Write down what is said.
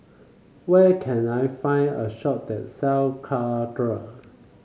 where can I find a shop that sell Caltrate